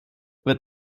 wird